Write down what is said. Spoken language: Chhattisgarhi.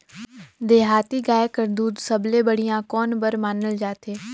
देहाती गाय कर दूध सबले बढ़िया कौन बर मानल जाथे?